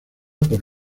por